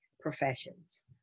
professions